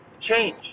change